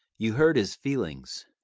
you hurt his feelings.